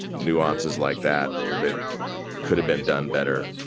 nuances like that that could have been done better